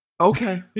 Okay